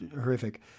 horrific